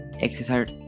exercise